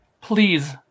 Please